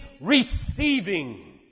receiving